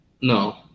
No